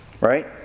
right